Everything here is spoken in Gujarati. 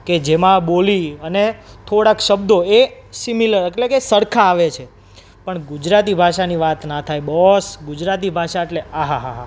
કે જેમાં બોલી અને થોડાક શબ્દો એ સિમિલર અટલે કે સરખા આવે છે પણ ગુજરાતી ભાષાની વાત ના થાય બોસ ગુજરાતી ભાષા એટલે આ હા હા હા